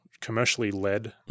commercially-led